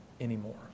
anymore